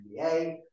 NBA